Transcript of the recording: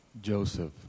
Joseph